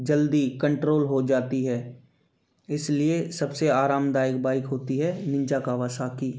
जल्दी कंट्रोल हो जाती है इसलिए सबसे आरामदायक बाइक होती है निंजा कावासाकी